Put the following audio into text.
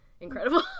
incredible